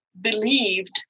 believed